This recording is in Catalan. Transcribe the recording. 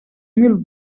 mil